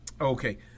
Okay